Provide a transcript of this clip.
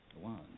One